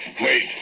Wait